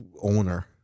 Owner